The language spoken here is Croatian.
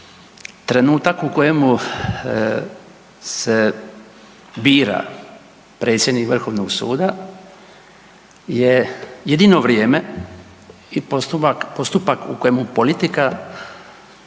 Trenutak u kojemu se bira predsjednik Vrhovnog suda je jedino vrijeme i postupak u kojemu politika